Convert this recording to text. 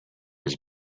his